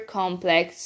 complex